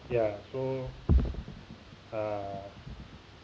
ya so uh